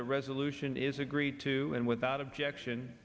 the resolution is agreed to and without objection